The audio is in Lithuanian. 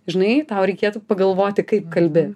žinai tau reikėtų pagalvoti kaip kalbi